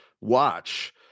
watch